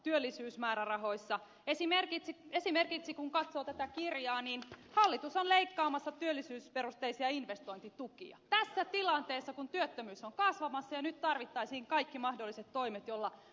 kun esimerkiksi katsoo tätä kirjaa niin hallitus on leikkaamassa työllisyysperusteisia investointitukia tässä tilanteessa kun työttömyys on kasvamassa ja tarvittaisiin kaikki mahdolliset toimet joilla massatyöttömyyttä estetään